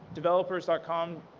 developers. ah com